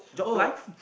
oh